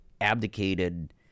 abdicated